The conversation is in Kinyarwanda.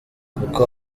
kuko